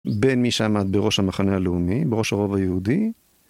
בין מי שעמד בראש המחנה הלאומי, בראש הרוב היהודי.